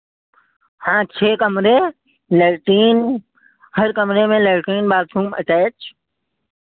हाँ छह कमरे लैट्रिन हर कमरे में हर कमरे में लैट्रिन बाथरूम अटैच